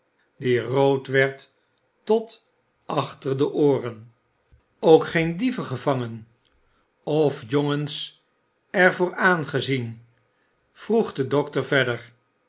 die rood werd tot achter de ooren olivier twist ook geen dieven gevangen of jongens er voor aangezien vroeg de dokter verder